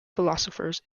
philosophers